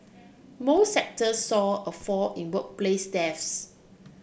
most sectors saw a fall in workplace deaths